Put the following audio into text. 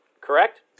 Correct